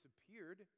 disappeared